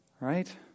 Right